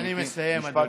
אני מסיים, אדוני.